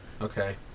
Okay